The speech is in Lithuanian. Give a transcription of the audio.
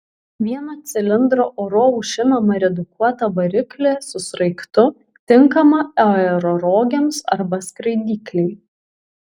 vieno cilindro oru aušinamą redukuotą variklį su sraigtu tinkamą aerorogėms arba skraidyklei